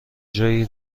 جایی